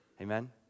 Amen